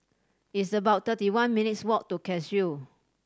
it's about thirty one minutes' walk to Cashew